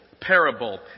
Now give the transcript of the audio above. parable